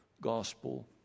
gospel